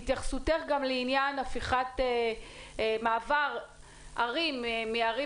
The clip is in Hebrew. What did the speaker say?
התייחסותך גם לעניין הפיכת מעבר ערים מערים